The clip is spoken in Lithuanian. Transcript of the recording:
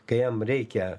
kai jam reikia